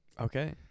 Okay